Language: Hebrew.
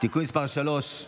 (תיקון מס' 3),